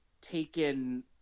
taken